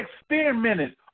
experimented